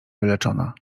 wyleczona